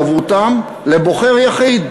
ומחויבותם הן לבוחר יחיד,